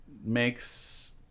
makes